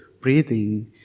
breathing